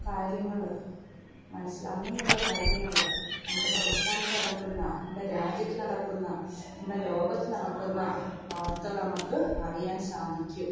കാര്യങ്ങൾ മനസ്സിലായി അന്നന്നുള്ള കാര്യങ്ങൾ നമ്മുടെ സംസ്ഥാനത്ത് നടക്കുന്ന നമ്മുടെ രാജ്യത്ത് നടക്കുന്ന നമ്മുടെ ലോകത്ത് നടക്കുന്ന വാർത്തകളും നമുക്ക് അറിയാൻ സാധിക്കും